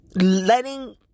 letting